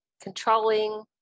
controlling